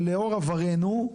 ולאור עברינו,